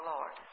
Lord